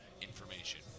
information